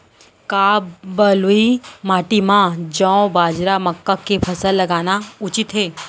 का बलुई माटी म जौ, बाजरा, मक्का के फसल लगाना उचित हे?